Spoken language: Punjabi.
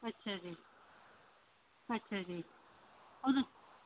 ਅੱਛਾ ਜੀ ਅੱਛਾ ਜੀ ਉਹਦਾ